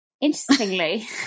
interestingly